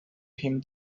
him